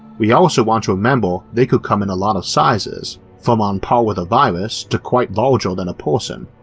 we also want to remember they could come in a lot of sizes, from on par with a virus to quite larger than a person.